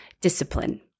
discipline